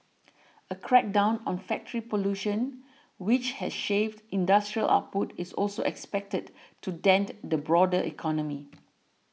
a crackdown on factory pollution which has shaved industrial output is also expected to dent the broader economy